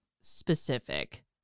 specific